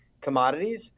commodities